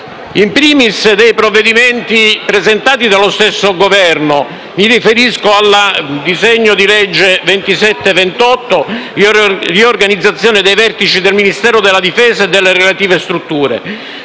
vi sono dei provvedimenti presentati dallo stesso Governo: mi riferisco al disegno di legge n. 2728 recante «Riorganizzazione dei vertici del Ministero della difesa e delle relative strutture.